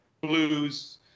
blues